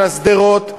אלא שדרות,